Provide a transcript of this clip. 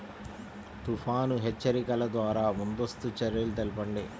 తుఫాను హెచ్చరికల ద్వార ముందస్తు చర్యలు తెలపండి?